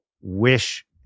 wish